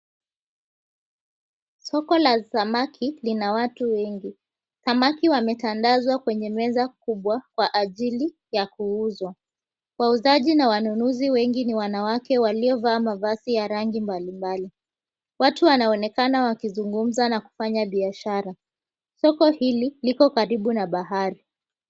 Soko la samaki lina watu wengi. Samaki wametandazwa kwenye meza kubwa kwa ajili ya kuuzwa. Wauzaji na wanunuzi wengi ni wanawake waliovaa mavazi ya rangi mbali mbali. Watu wanaonekana wakizungumza na kufanya biashara. Soko hili liko karibu na bahari.